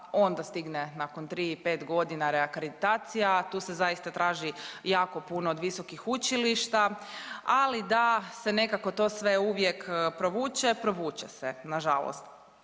onda stigne nakon tri, pet godina reakreditacija. Tu se zaista traži jako puno od visokih učilišta, ali da se nekako to sve uvijek provuče, provuče se na žalost.